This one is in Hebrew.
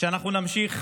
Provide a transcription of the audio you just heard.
שאנחנו נמשיך,